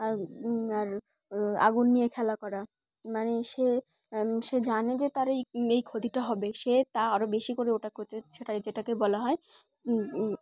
আর আর আগুন নিয়ে খেলা করা মানে সে সে জানে যে তার এই এই ক্ষতিটা হবে সে তা আরও বেশি করে ওটা করতে সেটাই যেটাকে বলা হয়